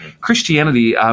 Christianity